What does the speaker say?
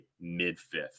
mid-fifth